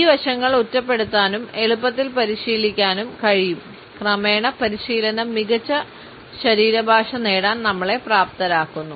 ഈ വശങ്ങൾ ഒറ്റപ്പെടുത്താനും എളുപ്പത്തിൽ പരിശീലിക്കാനും കഴിയും ക്രമേണ പരിശീലനം മികച്ച ശരീരഭാഷ നേടാൻ നമ്മളെ പ്രാപ്തരാക്കുന്നു